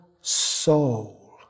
soul